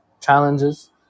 challenges